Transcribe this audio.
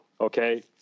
okay